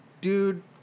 dude